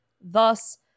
Thus